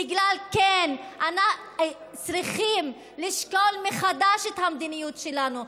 בגלל שאנחנו צריכים לשקול מחדש את המדיניות שלנו,